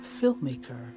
filmmaker